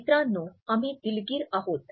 मित्रांनो आम्ही दिलगीर आहोत